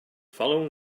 following